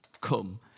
come